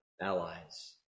allies